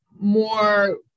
more